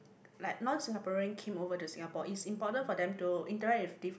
like non Singaporean came over to Singapore it's important for them to interact with diff~